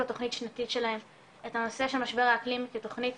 לתוכנית השנתית שלהם את הנושא של משבר האקלים כתוכנית